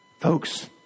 Folks